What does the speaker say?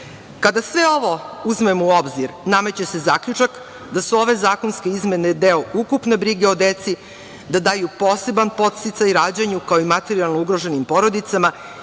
Kada sve ovo uzmemo u obzir nameće se zaključak da su ove zakonske izmene deo ukupne brige o deci, da daju poseban podsticaj rađanju, kao i materijalno ugroženim porodicama